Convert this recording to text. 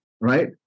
Right